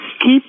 keep